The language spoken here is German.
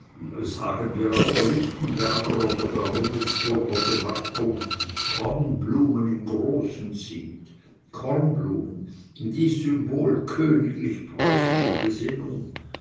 sagen wir auf der lichtenberger oder rummelsburger gemarkung kornblumen im großen zieht kornblumen dies symbol königlich preußischer gesinnung